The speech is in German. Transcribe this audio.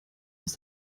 aus